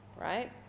Right